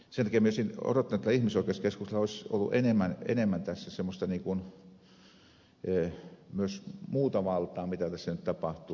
sen takia minä olisin odottanut että tällä ihmisoikeuskeskuksella olisi ollut enemmän tässä myös semmoista muuta valtaa kuin tässä nyt tapahtuu